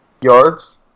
yards